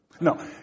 No